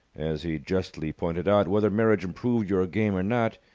as he justly pointed out, whether marriage improved your game or not,